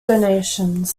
donations